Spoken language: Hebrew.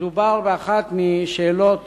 שמדובר באחת השאלות